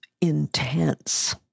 intense